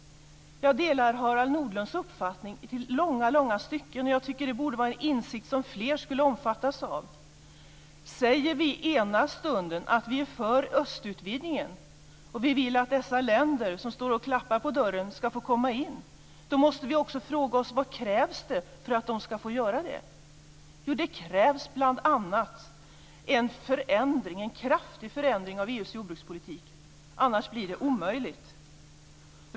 Jag delar Harald Nordlunds uppfattning i långa stycken, och jag tycker att det borde vara en insikt som fler skulle omfattas av. Säger vi i ena stunden att vi är för östutvidgningen och vill att dessa länder som står och klappar på dörren ska få komma in, då måste vi också fråga oss vad som krävs för att de skall få göra det. Det krävs bl.a. en kraftig förändring av EU:s jordbrukspolitik. Annars blir det omöjligt.